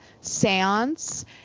seance